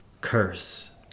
curse